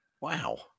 Wow